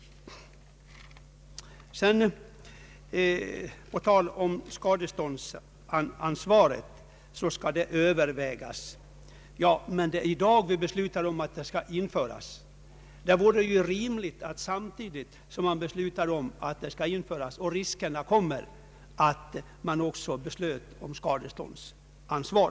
Beträffande skadeståndsansvaret så sägs det att detta skall övervägas, men det är ju i dag vi fattar beslut. Det vore rimligt att man, samtidigt som man beslutar om att databehandling skall införas och risker för fel kan uppstå, också beslutade om skadeståndsansva Fet.